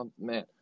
Man